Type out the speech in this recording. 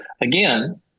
again